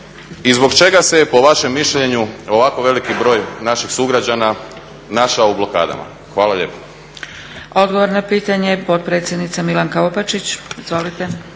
I zbog čega se, po vašem mišljenju, ovako veliki broj naših sugrađana našao u blokadama? Hvala lijepo. **Zgrebec, Dragica (SDP)** Odgovor na pitanje, potpredsjednica Milanka Opačić. Izvolite.